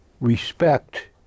respect